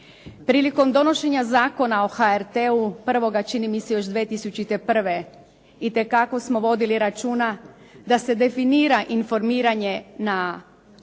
Prilikom donošenja Zakona o HRT-u prvoga čini mi se još 2001. itekako smo vodili računa da se definira informiranje jezicima